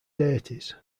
deities